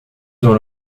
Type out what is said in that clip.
dans